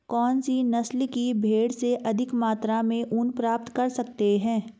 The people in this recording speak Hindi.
कौनसी नस्ल की भेड़ से अधिक मात्रा में ऊन प्राप्त कर सकते हैं?